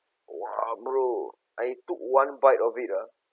!wah! bro I took one bite of it ah